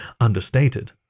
understated